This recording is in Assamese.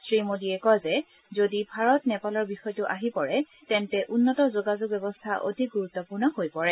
শ্ৰীমোদীয়ে কয় যে যদি ভাৰত নেপালৰ বিষয়টো আহি পৰে তেন্তে উন্নত যোগাযোগ ব্যৱস্থা অধিক গুৰুত্বপূৰ্ণ হৈ পৰে